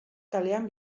kalean